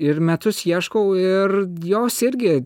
ir metus ieškau ir jos irgi